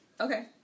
Okay